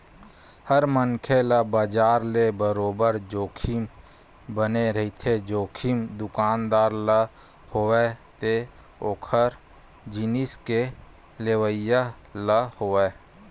हर मनखे ल बजार ले बरोबर जोखिम बने रहिथे, जोखिम दुकानदार ल होवय ते ओखर जिनिस के लेवइया ल होवय